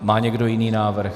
Má někdo jiný návrh?